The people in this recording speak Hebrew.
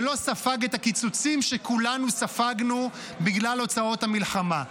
ולא ספג את הקיצוצים שכולנו ספגנו בגלל הוצאות המלחמה.